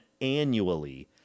annually